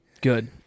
Good